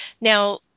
Now